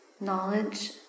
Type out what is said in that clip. knowledge